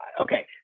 Okay